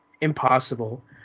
impossible